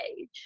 age